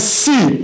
see